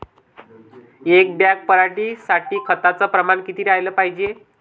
एक बॅग पराटी साठी खताचं प्रमान किती राहाले पायजे?